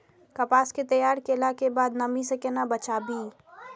कपास के तैयार कैला कै बाद नमी से केना बचाबी?